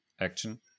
action